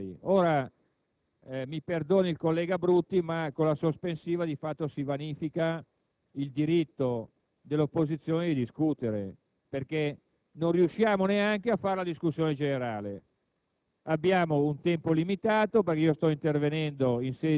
non creda lo si sia fatto soltanto per ragioni formali. Ora, mi perdoni il collega Brutti, ma con la questione sospensiva di fatto si vanifica il diritto dell'opposizione di discutere, perché non riusciamo neanche a fare la discussione generale;